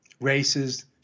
races